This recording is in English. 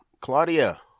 Claudia